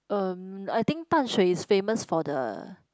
um I think Dan-Shui is famous for the